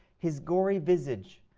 his gory visage